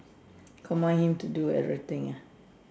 command him to do everything ah